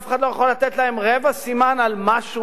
אף אחד לא יכול לתת בהם רבע סימן על משהו,